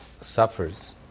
suffers